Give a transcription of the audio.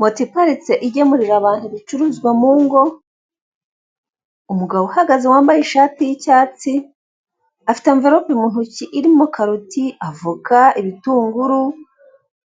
Moto iparitse igemurira abantu ibicuruzwa mu ngo umugabo uhagaze wambaye ishati y' icyatsi afite amvilope mu ntoki irimo karoti avoka, ibitunguru,